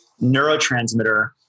neurotransmitter